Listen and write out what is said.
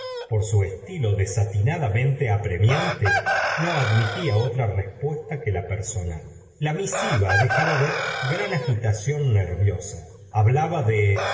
por su estilo desatinadamente apremiante no admitía otra respuesta que la personal la misiva dejaba ver gran agitación nerviosa hablaba de